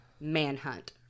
manhunt